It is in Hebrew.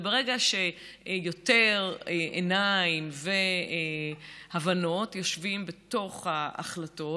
וברגע שיותר עיניים והבנות יושבים בתוך ההחלטות,